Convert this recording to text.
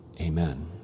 Amen